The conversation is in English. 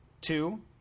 two